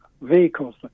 vehicles